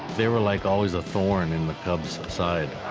they were, like, always a thorn in the cubs' side.